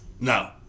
No